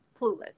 clueless